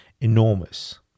enormous